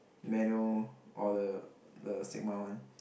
manual or the the stigma one